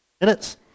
minutes